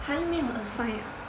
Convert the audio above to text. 还没有 assigned ah